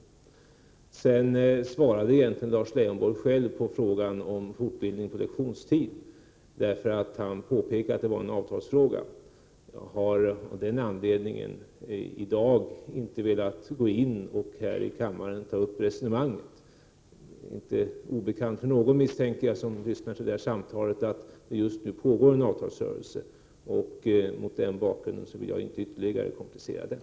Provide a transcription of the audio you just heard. Lars Leijonborg svarade egentligen själv på frågan om fortbildning på lektionstid. Han påpekade att det var en avtalsfråga. Jag har av den anledningen i dag inte velat gå in i debatten och här i kammaren ta upp resonemanget. Det är inte obekant för någon som lyssnar till detta samtal, misstänker jag, att det pågår en avtalsrörelse just nu. Jag vill inte ytterligare komplicera denna.